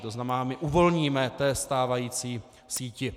To znamená, my uvolníme té stávající síti.